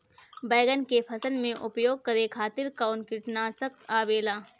बैंगन के फसल में उपयोग करे खातिर कउन कीटनाशक आवेला?